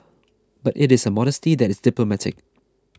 but it is a modesty that is diplomatic